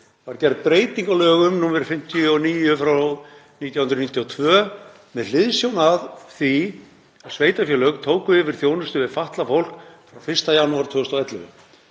var gerð breyting á lögum nr. 59/1992 með hliðsjón af því að sveitarfélög tóku yfir þjónustu við fatlað fólk 1. janúar 2011.